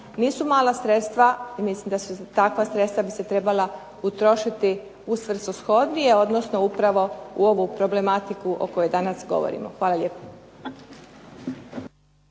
nisu mala sredstva. Takva sredstva bi se trebala utrošiti u svrsishodnije odnosno upravo u ovu problematiku o kojoj danas govorimo. Hvala lijepa.